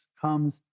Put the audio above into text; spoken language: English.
comes